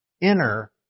inner